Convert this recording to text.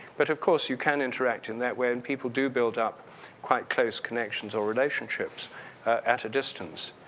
but, of course, you can interact in that way and people do build up quite close connections or relationships at a distance.